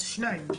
אז שניים?